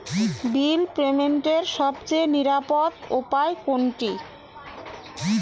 বিল পেমেন্টের সবচেয়ে নিরাপদ উপায় কোনটি?